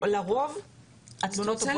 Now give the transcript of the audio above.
לרוב התלונות עוברות.